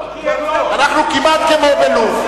אנחנו כמעט כמו בלוב.